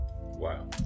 Wow